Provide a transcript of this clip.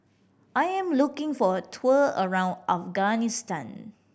I am looking for a tour around Afghanistan